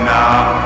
now